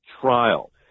trial